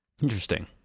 Interesting